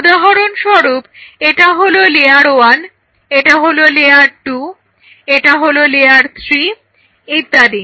উদাহরণস্বরূপ এটা হলো লেয়ার 1 এটা হলো লেয়ার 2 এটা হলো লেয়ার 3 ইত্যাদি